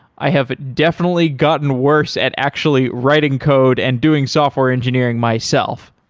i have definitely gotten worse at actually writing code and doing software engineering myself.